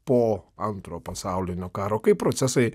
po antrojo pasaulinio karo kaip procesai